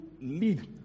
lead